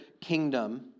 kingdom